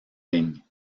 ligne